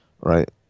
right